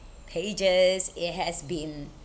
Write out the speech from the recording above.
pages it has been